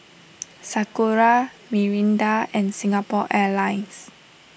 Sakura Mirinda and Singapore Airlines